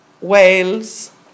Wales